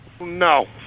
No